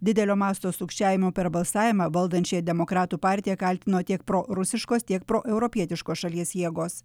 didelio masto sukčiavimo per balsavimą valdančiąją demokratų partiją kaltino tiek prorusiškos tiek proeuropietiškos šalies jėgos